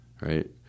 right